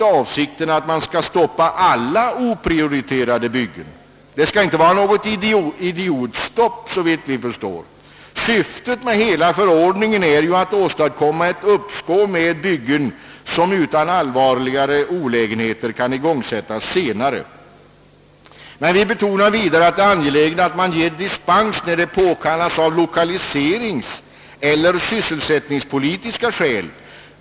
Avsikten är inte att stoppa alla oprioriterade byggen. Det skall inte vara fråga om något »idiotstopp». Syftet med hela förordningen är ju att åstadkomma ett uppskov med byggen som utan allvarligare olägenheter kan igångsättas senare. Vi betonar vidare att det är angeläget att man ger dispens när så är påkallat av Jlokaliseringseller sysselsättningspolitiska skäl.